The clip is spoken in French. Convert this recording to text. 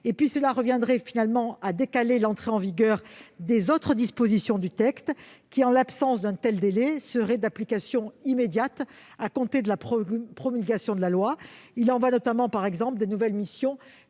De plus, cela décalerait l'entrée en vigueur des autres dispositions du texte qui, en l'absence d'un tel délai, seraient d'application immédiate, à compter de la promulgation de la loi- il en va notamment ainsi des nouvelles missions